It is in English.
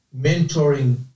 mentoring